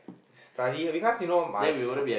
study because you know my com~